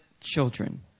children